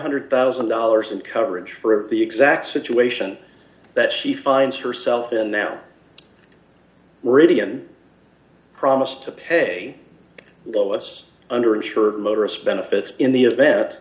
hundred thousand dollars and coverage for the exact situation that she finds herself in now rhydian promise to pay the us under insured motorists benefits in the event